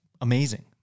amazing